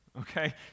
Okay